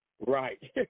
Right